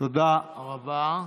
תודה רבה.